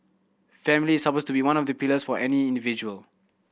family is supposed to be one of the pillars for any individual